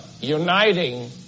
uniting